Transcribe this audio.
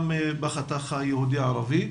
גם בחתך היהודי-ערבי.